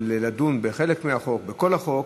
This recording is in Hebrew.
לדיון חלק מהחוק, כל החוק,